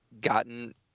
gotten